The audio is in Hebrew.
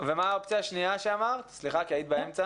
מה האופציה השנייה שדיברת עליה?